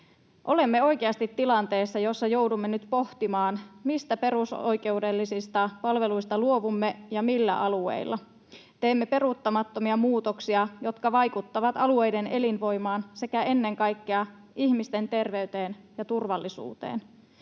Olemme oikeasti tilanteessa, jossa joudumme nyt pohtimaan, mistä perusoikeudellisista palveluista luovumme ja millä alueilla. Teemme peruuttamattomia muutoksia, jotka vaikuttavat alueiden elinvoimaan sekä ennen kaikkea ihmisten terveyteen ja turvallisuuteen.